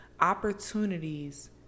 opportunities